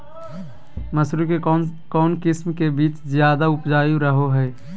मसूरी के कौन किस्म के बीच ज्यादा उपजाऊ रहो हय?